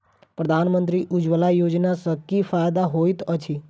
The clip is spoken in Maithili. प्रधानमंत्री उज्जवला योजना सँ की फायदा होइत अछि?